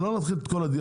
לא נתחיל את כל הדיון,